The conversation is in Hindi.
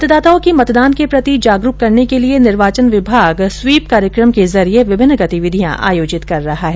मतदाताओं को मतदान के प्रति जागरूक करने के लिए निर्वाचन विभाग स्वीप कार्यक्रम के जरिये विभिन्न गतिविधियां आयोजित कर रहा है